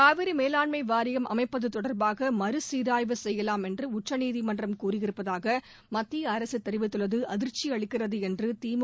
காவிரி மேலாண்மை வாரியம் அமைப்பது தொடர்பாக மறுசீராய்வு செப்யவாம் என்று உச்சநீதிமன்றம் கூறியிருப்பதாக மத்திய அரக தெரிவித்துள்ளது அதிர்ச்சி அளிக்கிறது என திமுக செயல்தலைவர் திரு மு